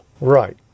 Right